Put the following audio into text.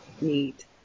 Neat